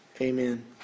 Amen